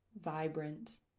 vibrant